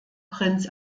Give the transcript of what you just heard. prinz